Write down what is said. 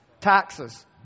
Taxes